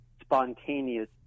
spontaneous